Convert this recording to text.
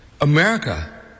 America